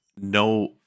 No